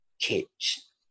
kids